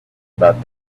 about